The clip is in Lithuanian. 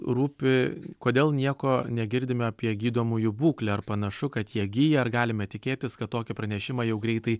rūpi kodėl nieko negirdime apie gydomųjų būklę ar panašu kad jie gyja ar galime tikėtis kad tokį pranešimą jau greitai